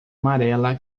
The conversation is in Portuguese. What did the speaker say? amarela